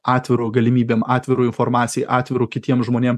atviru galimybėm atviru informacijai atviru kitiem žmonėm